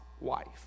wife